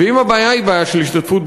ואם הבעיה היא בעיה של השתתפות,